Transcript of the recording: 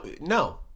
no